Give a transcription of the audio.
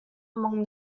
among